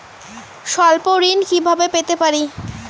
স্বল্প ঋণ কিভাবে পেতে পারি?